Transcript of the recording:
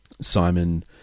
Simon